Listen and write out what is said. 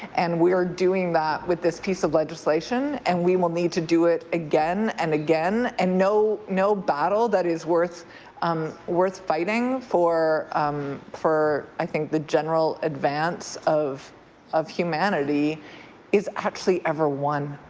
and we're doing that with this piece of legislation. and we will need to do it again and again and no no battle that is worth um worth fighting for um for i think the general advance of of humanity is actually ever won.